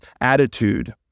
attitude